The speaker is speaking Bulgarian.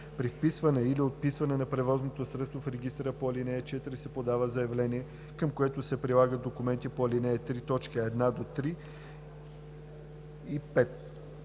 При вписване или отписване на превозно средство в регистъра по ал. 4 се подава заявление, към което се прилагат документите по ал. 3, т. 1 – 3 и 5.